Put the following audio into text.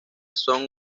son